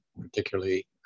particularly